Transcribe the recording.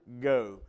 go